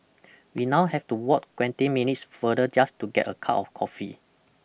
we now have to walk twenty minutes farther just to get a cup of coffee